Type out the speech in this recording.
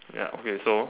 ya okay so